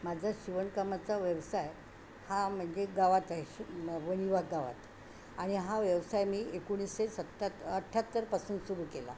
माझा शिवणकामाचा व्यवसाय हा म्हणजे गावात आहे श वणीवाग गावात आणि हा व्यवसाय मी एकोणीसशे सत्तर अठ्ठ्याहत्तरपासून सुरू केला